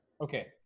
Okay